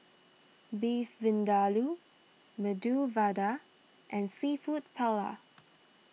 Beef Vindaloo Medu Vada and Seafood Paella